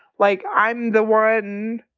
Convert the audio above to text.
like i'm the one.